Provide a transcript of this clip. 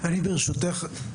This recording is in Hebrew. ברשותך,